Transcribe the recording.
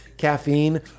Caffeine